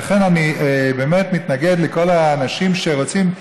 לכן אני באמת מתנגד לכל האנשים שרוצים,